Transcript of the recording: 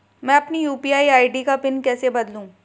मैं अपनी UPI ID का पिन कैसे बदलूं?